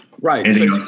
Right